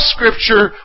Scripture